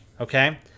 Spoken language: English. okay